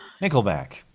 Nickelback